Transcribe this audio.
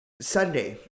Sunday